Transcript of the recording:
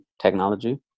technology